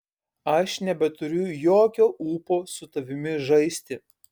aš nebeturiu jokio ūpo su tavimi žaisti